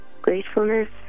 gratefulness